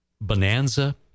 Bonanza